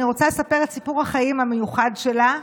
אני רוצה לספר את סיפור החיים המיוחד שלה.